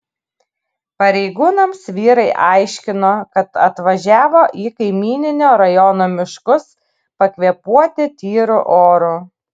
pareigūnams vyrai aiškino kad atvažiavo į kaimyninio rajono miškus pakvėpuoti tyru oru